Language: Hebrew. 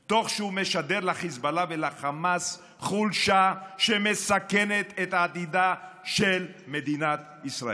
תוך שהוא משדר לחיזבאללה ולחמאס חולשה שמסכנת את עתידה של מדינת ישראל.